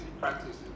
practice